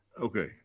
Okay